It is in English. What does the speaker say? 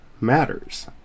matters